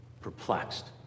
perplexed